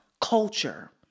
culture